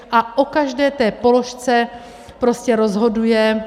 A o každé té položce prostě rozhoduje...